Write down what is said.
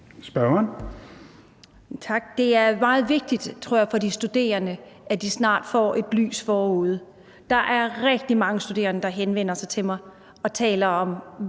Det er meget vigtigt, tror jeg, for de studerende, at de snart ser et lys forude. Der er rigtig mange studerende, der henvender sig til mig og taler om